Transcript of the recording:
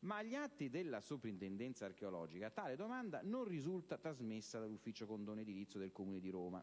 ma agli atti della stessa Soprintendenza archeologica tale domanda non risulta trasmessa dall'Ufficio condono edilizio del Comune di Roma.